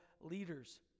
leaders